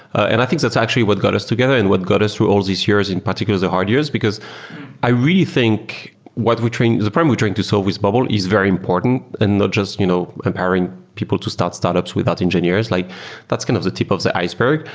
and i think that's actually what got us together and what got us through all these years, and particularly the hard years, because i really think what we the problem we're trying to solve with bubble is very important and not just you know empowering people to start startups without engineers. like that's kind of the tip of the iceberg.